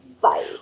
Bye